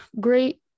great